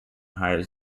hires